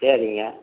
சரிங்க